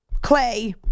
Clay